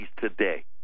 today